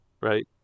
Right